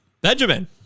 Benjamin